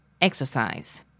exercise